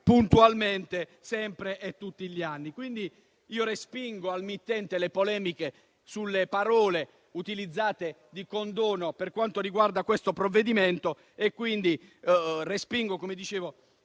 puntualmente, sempre e tutti gli anni. Quindi, io respingo al mittente le polemiche sulle parole utilizzate (come condono) per quanto riguarda questo provvedimento, quando, invece,